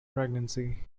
pregnancy